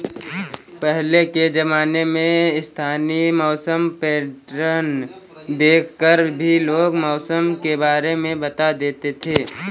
पहले के ज़माने में स्थानीय मौसम पैटर्न देख कर भी लोग मौसम के बारे में बता देते थे